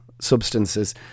substances